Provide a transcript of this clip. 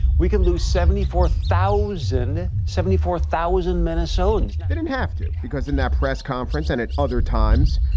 we could lose seventy four thousand seventy four thousand minnesotans didn't have to because in that press conference and at other times,